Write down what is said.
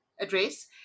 address